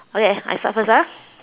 okay I start first ah